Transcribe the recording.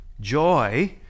Joy